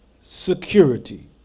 security